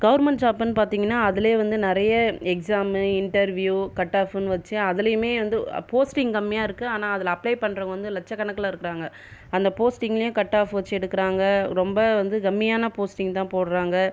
government ஜாப்னு பார்த்தீங்ன்னா அதுலேயே வந்து நிறைய எக்சாம்மு இன்டெர்வியூ கட்ஆஃப்னு வச்சு அதுலையுமே வந்து போஸ்டிங் கம்மியாக இருக்குது ஆனால் அதில் அப்லே பண்ணுறவங்க வந்து லட்ச கணக்கில் இருக்குறாங்கள் அந்த போஸ்டிங்ளையும் கட்ஆஃப் வச்சு எடுக்குறாங்கள் ரொம்ப வந்து கம்மியான போஸ்ட்டிங் தான் போடுறாங்கள்